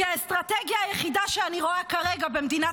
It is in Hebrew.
כי האסטרטגיה היחידה שאני רואה כרגע במדינת